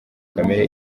kamere